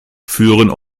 führen